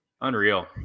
Unreal